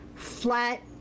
flat